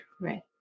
Right